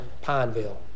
Pineville